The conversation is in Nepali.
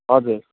हजुर